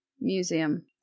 museum